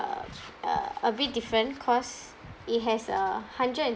uh uh a bit different cause it has a hundred and